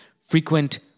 frequent